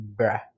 bruh